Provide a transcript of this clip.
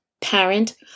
parent